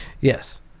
Yes